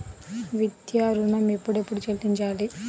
విద్యా ఋణం ఎప్పుడెప్పుడు చెల్లించాలి?